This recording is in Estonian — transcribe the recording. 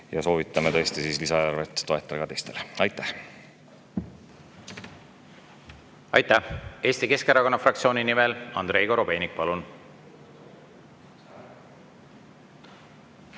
ja soovitame tõesti lisaeelarvet toetada ka teistel. Aitäh! Aitäh! Eesti Keskerakonna fraktsiooni nimel Andrei Korobeinik, palun!